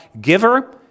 giver